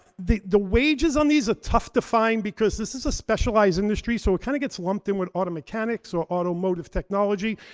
the the wages on these are tough to find, because this is a specialized industry. so it kind of gets lumped in with auto mechanics or automotive technology.